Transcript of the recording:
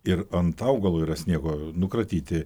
ir ant augalo yra sniego nukratyti